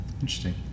interesting